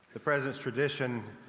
ah president's tradition,